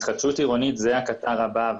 התחדשות עירונית היא הקטר הבא,